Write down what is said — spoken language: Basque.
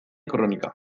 kronika